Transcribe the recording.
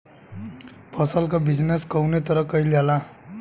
फसल क बिजनेस कउने तरह कईल जाला?